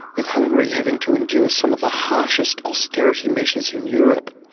with hungary having to endure some of the harshest austerity measures in europe.